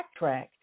backtrack